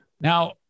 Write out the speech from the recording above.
now